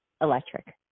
electric